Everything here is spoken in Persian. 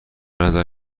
نظر